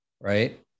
right